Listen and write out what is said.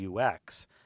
ux